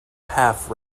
half